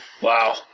Wow